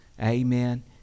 Amen